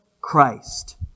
Christ